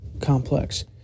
complex